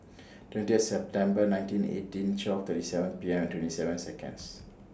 twentieth September nineteen eighty twelve thirty seven P M twenty seven Seconds